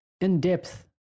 in-depth